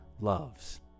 loves